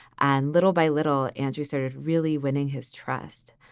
and little by little, andrew started really winning his trust.